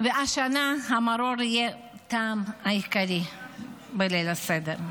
והשנה המרור יהיה הטעם העיקרי בליל הסדר.